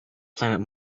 planet